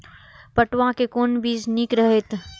पटुआ के कोन बीज निक रहैत?